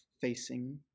facing